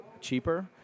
cheaper